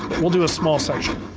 we'll do a small section.